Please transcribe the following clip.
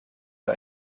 für